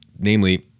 namely